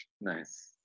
nice